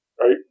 right